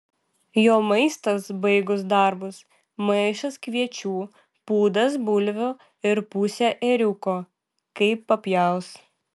jo maistas baigus darbus maišas kviečių pūdas bulvių ir pusė ėriuko kai papjaus